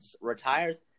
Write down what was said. retires